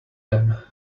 them